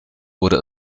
wurde